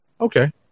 okay